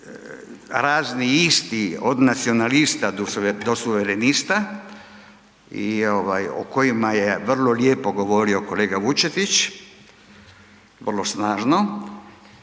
razni isti od nacionalista do suverenista i o kojima je vrlo lijepo govorio kolega Vučetić, vrlo snažno,